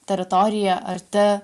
teritorija arti